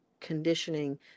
conditioning